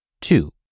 Two